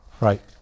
Right